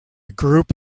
group